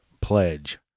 pledge